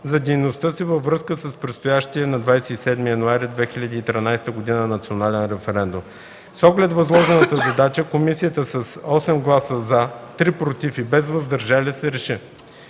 за дейността си във връзка с предстоящия на 27 януари 2013 г. национален референдум. С оглед възложената задача комисията с осем гласа „за”, три „против” и без „въздържали се”